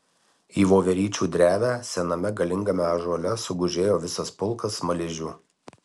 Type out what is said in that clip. į voveryčių drevę sename galingame ąžuole sugužėjo visas pulkas smaližių